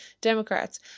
Democrats